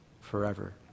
forever